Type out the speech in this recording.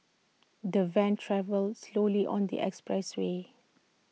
the van travelled slowly on the expressway